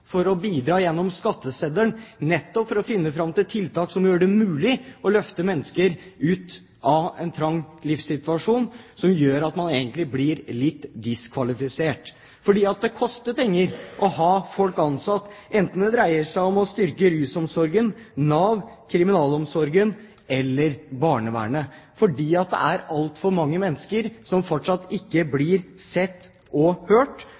for å bidra gjennom skatteseddelen nettopp for å finne fram til tiltak som gjør det mulig å løfte mennesker ut av en trang livssituasjon, som gjør at man egentlig blir litt diskvalifisert. For det koster penger å ha folk ansatt enten det dreier seg om å styrke rusomsorgen, Nav, Kriminalomsorgen eller barnevernet, fordi det er altfor mange mennesker som fortsatt ikke blir sett og hørt,